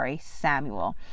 Samuel